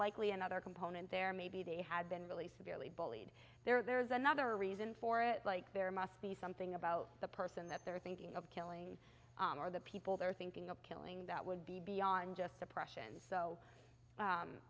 likely another component there maybe they had been really severely bullied there or there is another reason for it like there must be something about the person that they're thinking of killing or the people they're thinking of killing that would be beyond just depression so